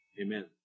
amen